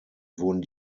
wurden